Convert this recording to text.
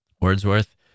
Wordsworth